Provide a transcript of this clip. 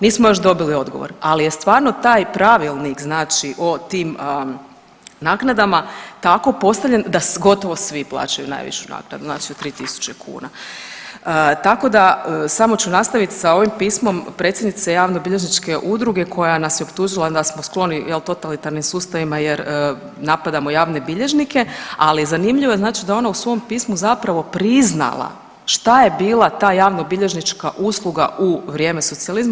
Nismo još dobili odgovor, ali je stvarno taj pravilnik znači o tim naknadama tako postavljen da gotovo svi plaćaju najvišu naknadu, znači od 3 tisuće kuna, tako da, samo ću nastaviti sa ovim pismom predsjednice javnobilježničke udruge koja nas je optužila da smo skloni, je li, totalitarnim sustavima jer napadamo javne bilježnike, ali je zanimljivo znači da onda u svom pismu zapravo priznala šta je bila ta javnobilježnička usluga u vrijeme socijalizma.